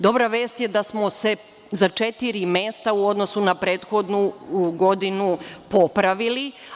Dobra vest je da smo se za četiri mesta u odnosu na prethodnu godinu popravili.